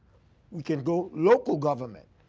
we can go local government,